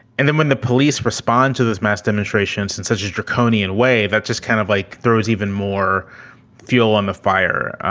and then when the police respond to this mass demonstrations in such a draconian way, that just kind of like throws even more fuel on the fire.